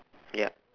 ya